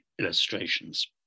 illustrations